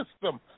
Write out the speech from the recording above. system